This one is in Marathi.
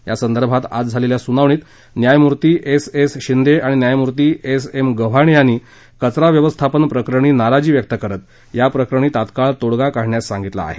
या संदर्भात आज झालेल्या सुनावणीत न्यायमूर्ती एस एस शिंदे आणि न्यायमूर्ती एस एम गव्हाणे यांनी कचरा व्यवस्थापन प्रकरणी नाराजी व्यक्त करत या प्रकरणी तत्काळ तोडगा काढण्यास सांगितलं आहे